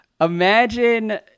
imagine